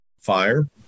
fire